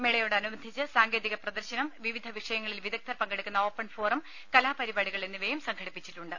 മേളയോടനുബന്ധിച്ച് സാങ്കേതികപ്രദർശനം വിവിധ വിഷയങ്ങളിൽ വിദഗ്ധർ പങ്കെടുക്കുന്ന ഓപ്പൺ ഫോറം കലാപരിപാടികൾ എന്നിവയും സംഘടിപ്പിച്ചിട്ടുണ്ട്